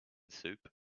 soup